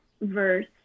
verse